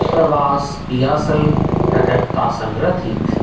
प्रवास पियासल एकटा कविता सङ्ग्रह थिक